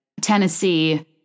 tennessee